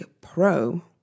pro